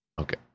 Okay